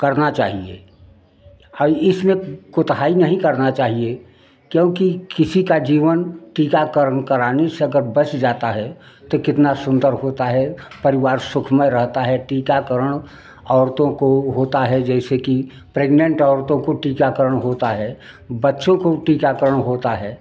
करना चाहिए हई इसमें कोताही नहीं करना चाहिए क्योंकि किसी का जीवन टीकाकरण कराने से अगर बच जाता है तो कितना सुंदर होता है परिवार सुखमय रहता है टीकाकरण औरतों को होता है जैसे कि प्रेग्नेंट औरतों को टीकाकरण होता है बच्चों को टीकाकरण होता है